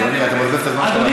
אדוני, אתה מבזבז את הזמן שלך.